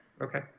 Okay